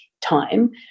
time